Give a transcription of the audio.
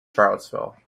charlottesville